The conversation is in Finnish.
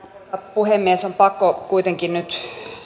puhemies on pakko kuitenkin nyt